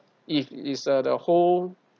if is uh the whole